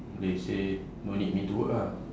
they say don't need me to work ah